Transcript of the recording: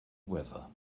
weather